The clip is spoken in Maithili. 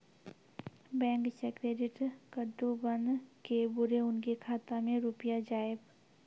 बैंक से क्रेडिट कद्दू बन के बुरे उनके खाता मे रुपिया जाएब?